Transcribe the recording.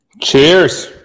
Cheers